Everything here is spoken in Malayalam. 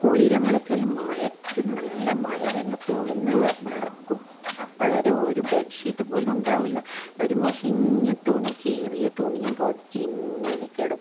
കുളിരുമ്പോൾ ഒക്കെ എല്ലാം മഴക്ക് നല്ല മഴ വരുമ്പോൾ കുളിർന്ന് വിറയ്ക്കും അപ്പോൾ ഒരു ഒരു ബെഡ്ഷീറ്റ് പോലും ഉണ്ടാവില്ല ഒരു മുഷിഞ്ഞ തുണി കീറിയ തുണിയും പുതച്ച് ഇങ്ങനെ കിടക്കും